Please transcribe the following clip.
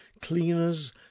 cleaners